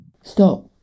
stop